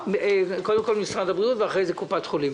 קודם משרד הבריאות ואחרי זה קופת החולים.